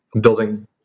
building